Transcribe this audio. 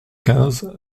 quinze